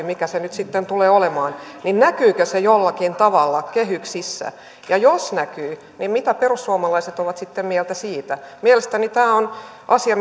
mikä se nyt sitten tulee olemaan ja jos näin on näkyykö se jollakin tavalla kehyksissä ja jos näkyy niin mitä perussuomalaiset ovat sitten mieltä siitä mielestäni tämä on asia